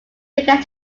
began